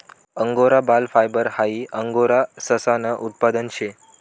angora बाल fibre हाई angora ससानं उत्पादन शे